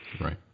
Right